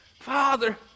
Father